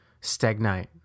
stagnate